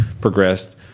progressed